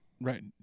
Right